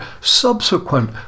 subsequent